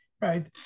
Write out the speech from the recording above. right